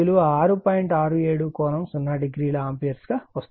67∠ 0o ampere గా లభిస్తుంది